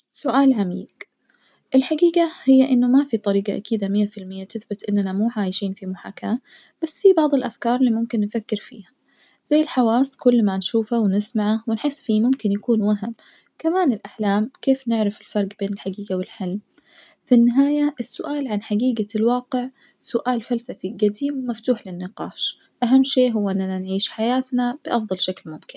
سؤال عميج، الحجيجة هي إنه ما في طريجة أكيدة مية في المية تثبت إننا مو عايشين في محاكاة بس في بعض الأفكار اللي ممكن نفكر فيها, زي الحواس كل ما نشوفه ونسمعه ونحس فيه ممكن يكون وهم، كمان الأحلام كيف نعرف الفرج بين الحجيجة والحلم؟ في النهاية السؤال عن حجيجة الواقع هو سؤال فلسفي جديم مفتوح للنقاش، أهم شي إننا نعيش حياتنا بأفضل شكل ممكن.